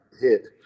hit